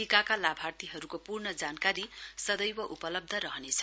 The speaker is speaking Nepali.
टीकाका लाभार्थीहरूको पूर्ण जानकारी सदैव उपलब्ध गरिनेछ